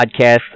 podcast